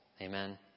Amen